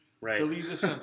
Right